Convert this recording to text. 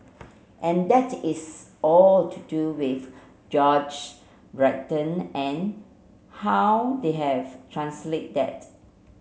and that is all to do with George written and how they have translate that